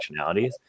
functionalities